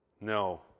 No